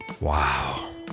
Wow